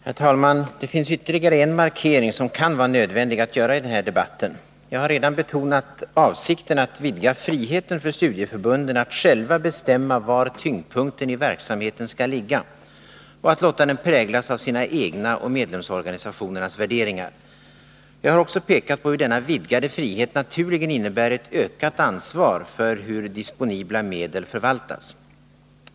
Herr talman! Det finns en ytterligare markering som kan vara nödvändig att göra i den här debatten. Jag har redan betonat avsikten att vidga friheten för studieförbunden att själva bestämma var tyngdpunkten i verksamheten skall ligga och att låta den präglas av sina egna och medlemsorganisationernas värderingar. Jag har också pekat på hur denna vidgade frihet naturligen innebär ett ökat ansvar för hur disponibla medel förvaltas.